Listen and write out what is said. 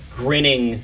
grinning